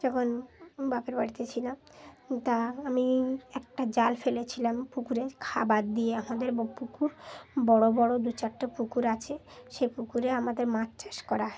যখন বাপের বাড়িতে ছিলাম তা আমি একটা জাল ফেলেছিলাম পুকুরে খাবার দিয়ে আমাদের পুকুর বড়ো বড়ো দু চারটে পুকুর আছে সেই পুকুরে আমাদের মাছ চাষ করা হয়